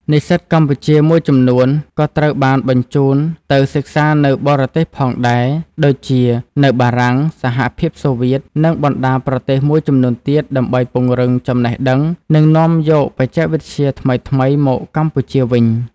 និស្សិតកម្ពុជាមួយចំនួនក៏ត្រូវបានបញ្ជូនទៅសិក្សានៅបរទេសផងដែរ ដូចជានៅបារាំង សហភាពសូវៀត និងបណ្ដាប្រទេសមួយចំនួនទៀត ដើម្បីពង្រឹងចំណេះដឹង និងនាំយកបច្ចេកវិទ្យាថ្មីៗមកកម្ពុជាវិញ។